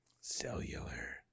Cellular